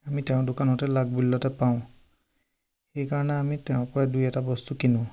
আমি তেওঁৰ দোকানতে লাগ বুলিলতে পাওঁ সেইকাৰণে আমি তেওঁৰ পৰাই দুই এটা বস্তু কিনো